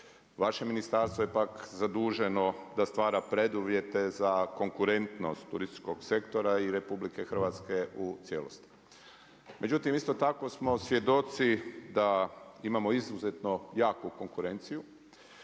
Vaše ministarstvo je pak zaduženo da stvara preduvjete za konkurentnost turističkog sektora i RH u cijelosti. Međutim, isto tako smo svjedoci, da imamo izuzeto jaku konkurenciju,